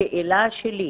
השאלה שלי: